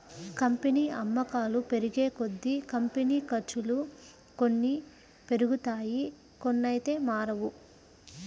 company అమ్మకాలు పెరిగేకొద్దీ, company ఖర్చులు కొన్ని పెరుగుతాయి కొన్నైతే మారవు